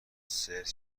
سرچ